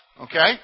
okay